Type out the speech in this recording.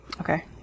Okay